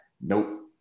Nope